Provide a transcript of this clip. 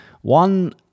One